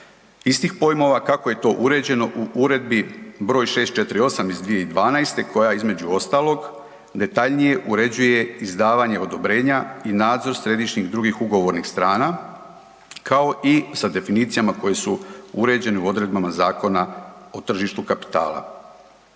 istih pojmova, kako je to uređeno u Uredbi br. 648. iz 2012. koja između ostalog detaljnije uređuje izdavanje odobrenja i nadzor središnjih drugih ugovornih strana, kao i sa definicijama koje su uređene u odredbama Zakona o tržištu kapitala.